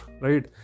right